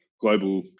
global